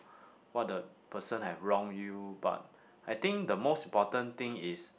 what the person have wrong you but I think the most important thing is